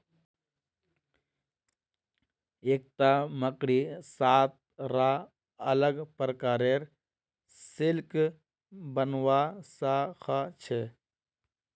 एकता मकड़ी सात रा अलग प्रकारेर सिल्क बनव्वा स ख छ